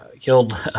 killed